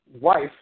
wife